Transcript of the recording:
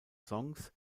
songs